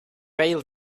bail